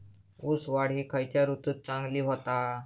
ऊस वाढ ही खयच्या ऋतूत चांगली होता?